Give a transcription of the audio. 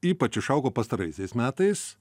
ypač išaugo pastaraisiais metais